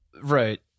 Right